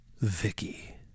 Vicky